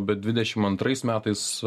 bet dvidešimt antrais metais